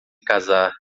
casar